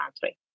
country